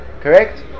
Correct